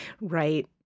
Right